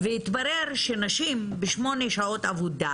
התברר שנשים בשמונה שעות עבודה,